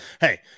hey